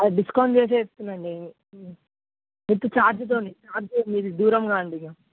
అది డిస్కౌంట్ చేసే ఇస్తున్నా అండి విత్ ఛార్జ్తో ఛార్జ్ మీది దూరంగా అండి